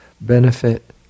benefit